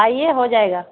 آئیے ہو جائے گا